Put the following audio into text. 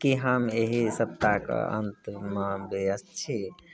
कि हम एहि सप्ताहके अन्तमे व्यस्त छी